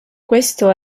questo